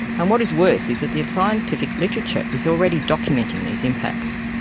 and what is worse is that the scientific literature is already documenting these impacts.